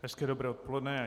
Hezké dobré dopoledne.